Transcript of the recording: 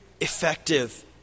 effective